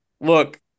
look